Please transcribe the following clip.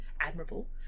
admirable